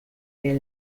del